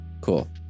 Cool